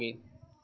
आगे